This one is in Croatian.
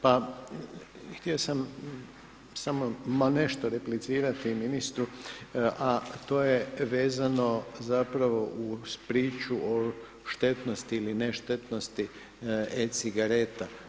Pa htio sam samo ma nešto replicirati ministru, a to je vezano zapravo uz priču o štetnosti ili ne štetnosti e-cigareta.